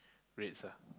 Reds ah